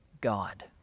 God